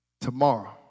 tomorrow